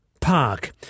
Park